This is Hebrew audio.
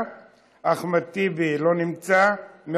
לא נמצא, אחמד טיבי, לא נמצא.